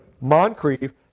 Moncrief